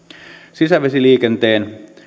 sisävesiliikenteen